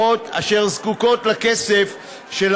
ברגע קשה